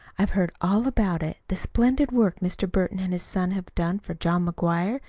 i've heard all about it the splendid work mr. burton and his son have done for john mcguire.